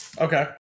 okay